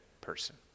person